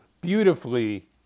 beautifully